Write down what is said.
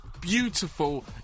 beautiful